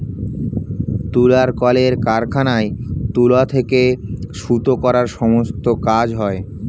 তুলার কলের কারখানায় তুলো থেকে সুতো করার সমস্ত কাজ হয়